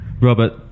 Robert